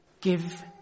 give